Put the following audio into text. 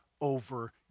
over